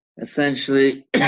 Essentially